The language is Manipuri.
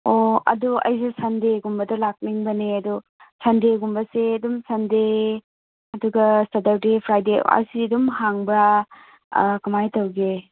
ꯑꯣ ꯑꯗꯣ ꯑꯩꯁꯨ ꯁꯟꯗꯦꯒꯨꯝꯕꯗ ꯂꯥꯛꯅꯤꯡꯕꯅꯦ ꯑꯗꯣ ꯁꯟꯗꯦꯒꯨꯝꯕꯁꯦ ꯑꯗꯨꯝ ꯁꯟꯗꯦ ꯑꯗꯨꯒ ꯁꯥꯇꯔꯗꯦ ꯐ꯭ꯔꯥꯏꯗꯦ ꯑꯁꯤ ꯑꯗꯨꯝ ꯍꯥꯡꯕ꯭ꯔꯥ ꯀꯥꯃꯥꯏꯅ ꯇꯧꯒꯦ